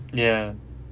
ya